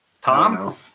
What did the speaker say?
Tom